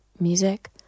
music